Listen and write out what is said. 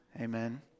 amen